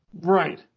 Right